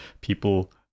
people